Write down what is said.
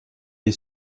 est